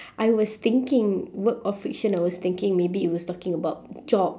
I was thinking work of friction I was thinking maybe it was talking about job